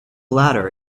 latter